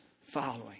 following